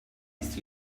ist